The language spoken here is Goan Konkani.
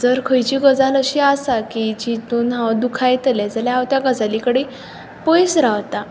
जर खंयची गजाल अशी आसा की जातूंत हांव दुखयतलें जाल्यार हांव त्या गजाली कडेन पयस रावतां